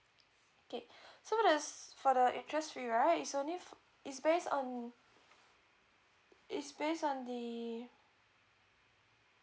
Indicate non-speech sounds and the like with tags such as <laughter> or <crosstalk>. okay <breath> for this for the interest free right is only fo~ it's based on it's based on the